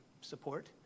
support